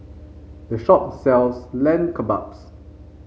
this shop sells Lamb Kebabs